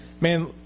man